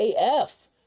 AF